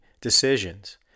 decisions